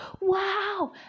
wow